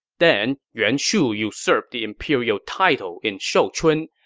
then yuan shu usurped the imperial title in shouchun,